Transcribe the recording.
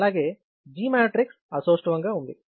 అలాగే G matrix అసౌష్ఠవం గా ఉంది